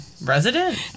resident